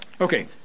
Okay